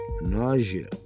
nausea